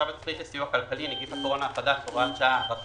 צו התכנית לסיוע כלכלי (נגיף הקורונה החדש) (הוראת שעה) (הארכת